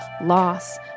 loss